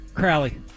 Crowley